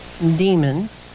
demons